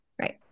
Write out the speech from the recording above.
right